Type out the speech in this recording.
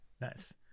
nice